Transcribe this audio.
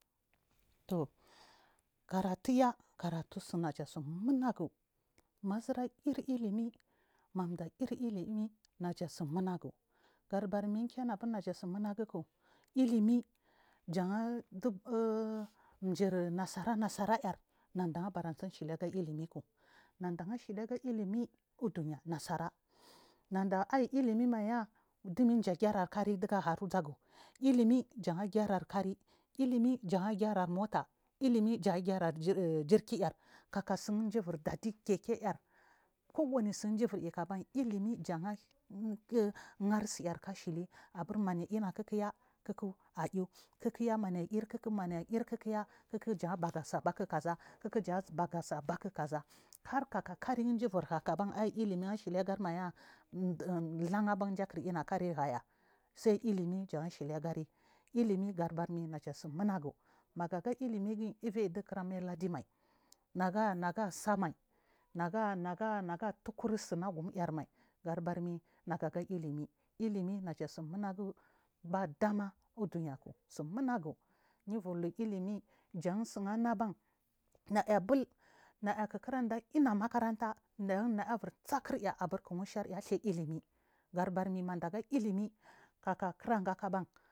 Tuw kaaratuya karatu naja su manage, mauzura irilimi mani du airilim naja sumunagu karbar min gina bur naja su mu nagu ku ilimi jan dmdu nasara nasaraya nada jan aba du chuny silagar uduy ilimi jan dum du aiu kari duri ilimi jan agivar kari ilimi jan girar mota ilimi jan agirar jirkiyar kaka sun dumji ivir da dy kiki yar kuwa ni sundum ji ivir luy kabar ilimi jan angar suyarku ashili mania aluna kukuya ku ku aiu ku ku jan abaga suaka ku kaza kariyn dum ji ivir haku aiy ilimin asiy agari maya kulaban mji akur lune kari haya sai ilimi jan asili agari gadu barmi naja sumu mgu maga agailimi guil ivi aiy dugu kura mai aladimay naga naga sumay nagatukur sunagum yamay gadu barmi naga aga ilimi ilimi najia su muna gu ba dama uduya su muna gu nyu uvlu ilimi jan sunana ban naya bul naya ivir ya kur ya abur ku nusha alhiya ilimi kadu bar mi majia aga ilimi kaka guran gaku aba.